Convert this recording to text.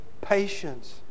patience